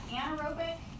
anaerobic